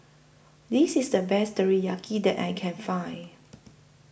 This IS The Best Teriyaki that I Can Find